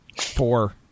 Four